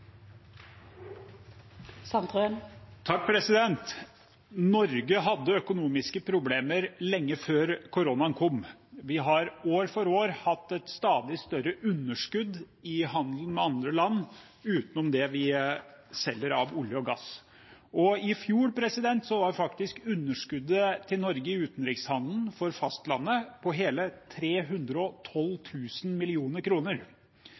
Norge hadde økonomiske problemer lenge før koronaen kom. Vi har år for år hatt et stadig større underskudd i handelen med andre land utenom det vi selger av olje og gass. I fjor var faktisk underskuddet til Norge i utenrikshandelen for fastlandet på hele 312 000 mill. kr. I stad snakket vi om Felgen og